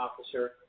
Officer